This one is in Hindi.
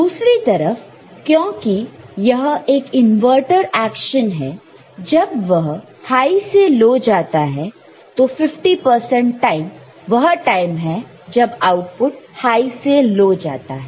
दूसरी तरफ क्योंकि यह एक इनवर्टर एक्शन है जब वह हाई से लो जाता है तो 50 परसेंट टाइम वह टाइम है जब आउटपुट हाई से लो जाता है